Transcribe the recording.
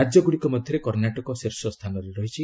ରାଜ୍ୟଗୁଡ଼ିକ ମଧ୍ୟରେ କର୍ଣ୍ଣାଟକ ଶୀର୍ଷ ସ୍ଥାନରେ ରହିଛି